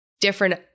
different